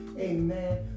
Amen